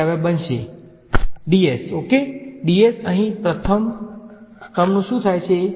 વિદ્યાર્થી dS dS okay dS અહીં પ્રથમ ટર્મનું શું થાય છે